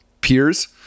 peers